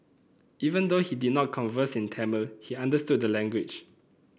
even though he did not converse in Tamil he understood the language